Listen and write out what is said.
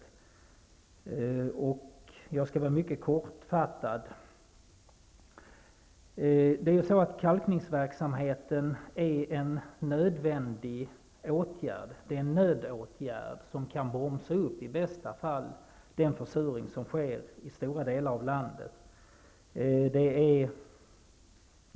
Jag skall fatta mig mycket kort. Kalkningsverksamheten är en nödåtgärd som i bästa fall kan bromsa upp den försurning som sker i stora delar av landet.